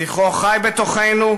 זכרו חי בתוכנו,